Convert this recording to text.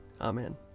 Amen